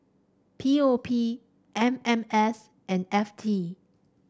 P O P M M S and F T